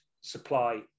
supply